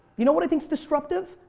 you know what i think is disruptive,